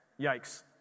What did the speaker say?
Yikes